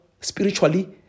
spiritually